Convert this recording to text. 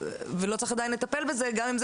ולא צריך עדיין לטפל בזה גם אם זה